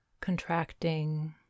contracting